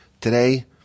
Today